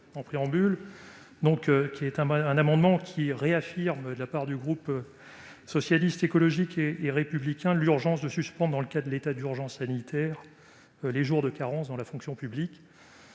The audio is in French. en préambule. Il vise à réaffirmer, au nom du groupe Socialiste, Écologiste et Républicain, l'urgence de suspendre, dans le cadre de l'état d'urgence sanitaire, les jours de carence dans la fonction publique.